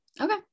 Okay